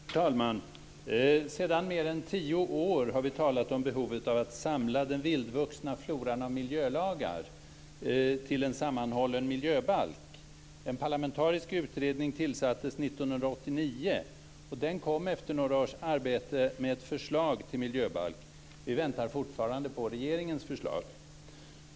Fru talman! Sedan mer än tio år har vi talat om behovet av att samla den vildvuxna floran av miljölagar till en sammanhållen miljöbalk. En parlamentarisk utredning tillsattes 1989. Den kom efter några års arbete med ett förslag till miljöbalk. Vi väntar fortfarande på regeringens förslag.